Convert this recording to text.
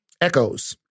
echoes